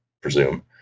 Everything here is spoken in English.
presume